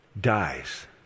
dies